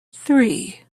three